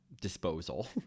disposal